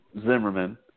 Zimmerman